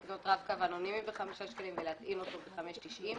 לקנות רב-קו אנונימי ב-5 שקלים ולהטעין אותו ב-5.90 שקלים.